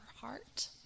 heart